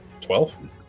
twelve